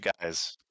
guys